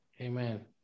Amen